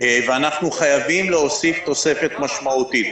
ואנחנו חייבים להוסיף תוספת משמעותית.